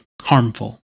harmful